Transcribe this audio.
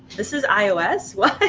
this is ios, what?